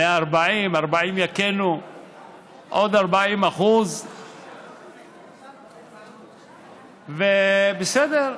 40%. עוד 40%. בסדר,